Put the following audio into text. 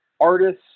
artists